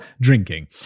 Drinking